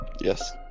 Yes